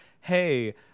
hey